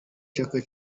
chaka